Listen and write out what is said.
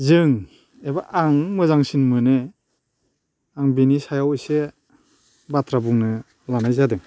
जों एबा आं मोजांसिन मोनो आं बिनि सायाव एसे बाथ्रा बुंनो लानाय जादों